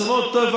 ערבים?